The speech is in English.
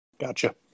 Gotcha